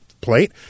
plate